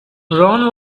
ron